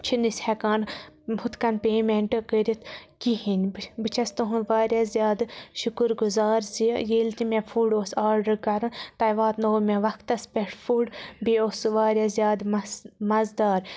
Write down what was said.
چھِنہٕ أسۍ ہٮ۪کان ہُتھ کَن پٮ۪مٮ۪نٛٹ کٔرِتھ کِہیٖنۍ بہٕ بہٕ چھَس تُہُنٛد واریاہ زیادٕ شُکُر گُزار زِ ییٚلہِ تہِ مےٚ فُڈ اوس آرڈَر کَرُن تۄہہِ واتنووُ مےٚ وَقتَس پٮ۪ٹھ فُڈ بیٚیہِ اوس سُہ واریاہ زیادٕ مَسہٕ مَزٕ دار